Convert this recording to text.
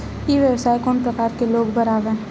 ई व्यवसाय कोन प्रकार के लोग बर आवे?